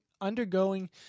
undergoing